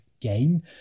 game